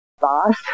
boss